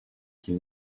qu’il